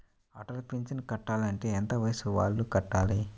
Atal pension కట్టాలి అంటే ఎంత వయసు వాళ్ళు కట్టాలి?